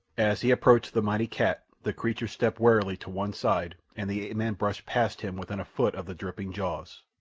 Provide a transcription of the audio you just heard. as he approached the mighty cat the creature stepped warily to one side, and the ape-man brushed past him within a foot of the dripping jaws,